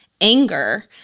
anger